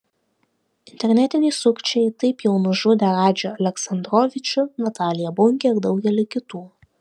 internetiniai sukčiai taip jau nužudė radžį aleksandrovičių nataliją bunkę ir daugelį kitų